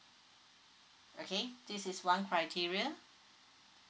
okay this is one criteria